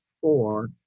four